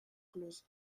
closes